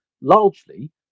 largely